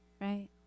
right